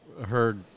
heard